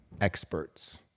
experts